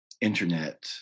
internet